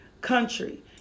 country